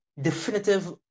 definitive